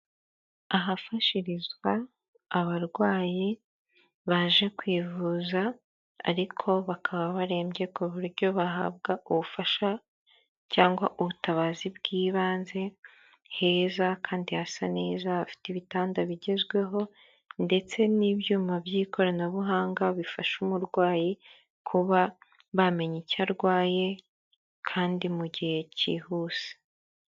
Ahafashirizwa abarwayi baje kwivuza ariko bakaba barembye ku buryo bahabwa ubufasha cyangwa ubutabazi bw'ibanze heza kandi hasa neza, habafite ibitanda bigezweho ndetse n'ibyuma by'ikoranabuhanga bifasha umurwayi kuba bamenya icyo arwaye kandi mu gihe kihuse.